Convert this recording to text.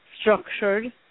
structured